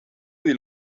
del